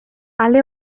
alde